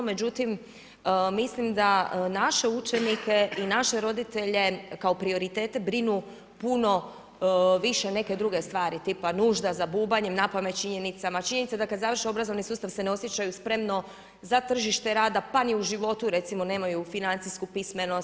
Međutim, mislim da naše učenike i naše roditelje kao prioritete brinu puno više neke druge stvari tipa nužda za bubanjem napamet činjenica, činjenica da kad završe obrazovni sustav se ne osjećaju spremno za tržište rada, pa ni u životu recimo nemaju financijsku pismenost.